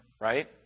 right